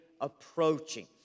approaching